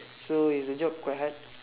so is the job quite hard